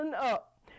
up